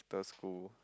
the school